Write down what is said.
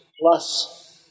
plus